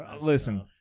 Listen